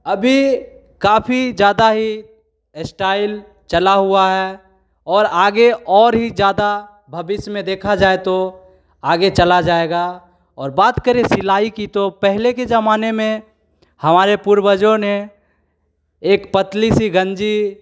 अभी काफ़ी ज़्यादा ही इस्टाइल चला हुआ है और आगे और ही ज़्यादा भविष्य में देखा जाए तो आगे चला जाएगा और बात करें सिलाई की तो पहले के ज़माने में हमारे पूर्वजों ने एक पतली सी गंजी